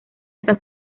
hasta